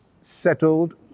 settled